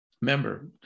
member